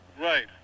Right